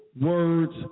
words